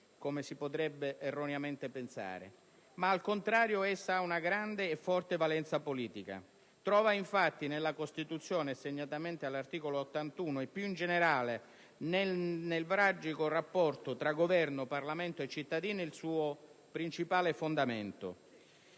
come si potrebbe erroneamente pensare. Al contrario, essa ha una grande e forte valenza politica: trova infatti nella Costituzione, segnatamente all'articolo 81, e più in generale nel nevralgico rapporto tra Governo, Parlamento e cittadini, il suo principale fondamento.